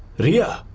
riya!